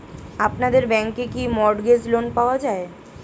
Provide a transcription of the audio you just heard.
আপনাদের ব্যাংকে কি মর্টগেজ লোন পাওয়া যায়?